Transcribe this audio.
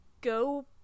go